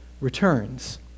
returns